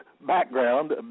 background